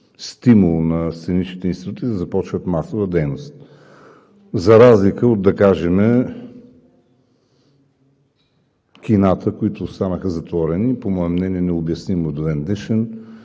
стимул на сценичните институти да започнат масова дейност, за разлика, да кажем, от кината, които останаха затворени – по мое мнение необяснимо до ден днешен;